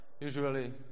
usually